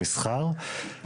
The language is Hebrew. כפי שצוין פה,